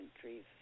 trees